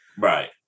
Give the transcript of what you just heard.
Right